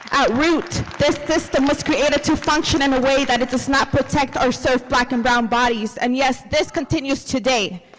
at root, this system was created to function in a way that it does not protect or serve black and brown bodies, and yes, this continues today,